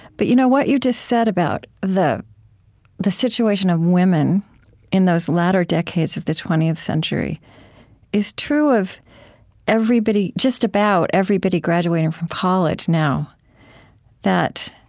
but you know what you just said about the the situation of women in those latter decades of the twentieth century is true of everybody just about everybody graduating from college now that,